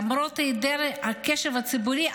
ולמרות היעדר הקשב הציבורי,